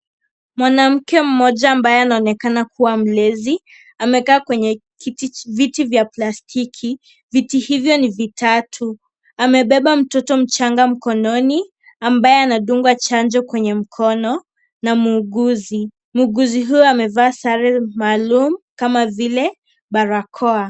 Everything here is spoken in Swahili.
Mwanamke mmoja ambaye anaonekana kuwa mlezi, amekaa kwenye viti vya plastiki, viti hivyo ni vitatu. Amebeba mtoto mchanga mkononi ambaye anadungwa chanjo kwenye mkono na muuguzi. Muuguzi huyo amevaa sare maalum kama vile barakoa.